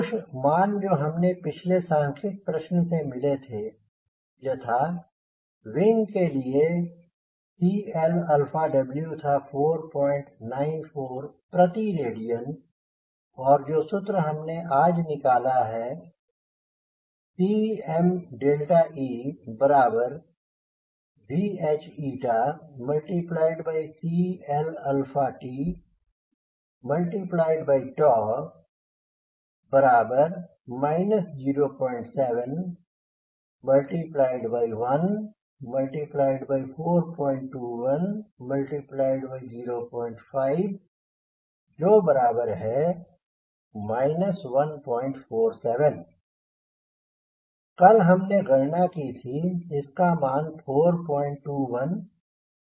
कुछ मान जो हमें पिछले सांख्यिक प्रश्न से मिले थे यथा विंग के लिए CL W था 494 प्रति रेडियन और जो सूत्र हमने आज निकला है किCme V H CLt 07 1 421 05 147 कल हमने गणना की थी कि इसका मान 421 प्रति रेडियन है